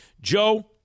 Joe